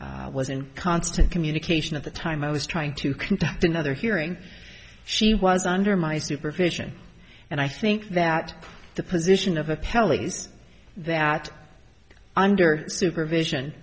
was in constant communication at the time i was trying to conduct another hearing she was under my supervision and i think that the position of a pelleas that under supervision